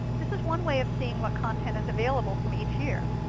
this is one way of seeing what content is available from each year.